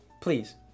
please